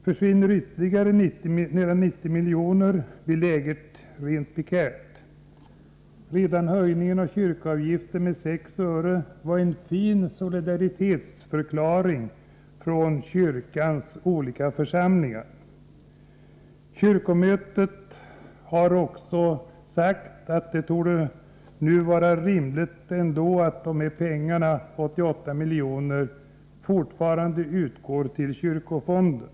Försvinner ytterligare nära 90 miljoner Torsdagen den blir läget rent prekärt. 5 april 1984 Redan höjningen av kyrkoavgiften med 6 öre var en fin solidaritetsförklaring från kyrkans olika församlingar. Kyrkomötet har också sagt att det torde Anslag till kyrkliga vara rimligt att dessa pengar, 88 miljoner, fortfarande utgår till kyrkofonden.